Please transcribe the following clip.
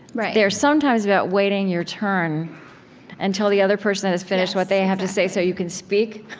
they're sometimes about waiting your turn until the other person has finished what they have to say so you can speak.